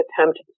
attempt